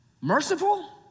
merciful